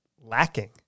lacking